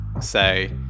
say